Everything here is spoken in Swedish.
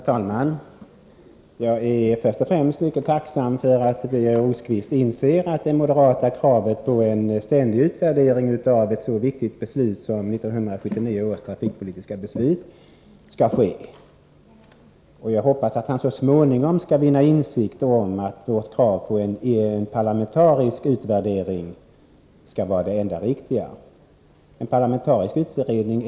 Herr talman! Jag är först och främst mycket tacksam för att Birger Rosqvist inser att det moderata kravet på en ständig utvärdering av ett så viktigt beslut som 1979 års trafikpolitiska beslut är välgrundat. Jag hoppas att han så småningom skall vinna insikt om det riktiga i att uppfylla vårt krav på en parlamentarisk utvärdering.